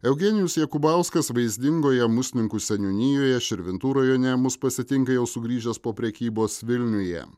eugenijus jakubauskas vaizdingoje musninkų seniūnijoje širvintų rajone mus pasitinka jau sugrįžęs po prekybos vilniuje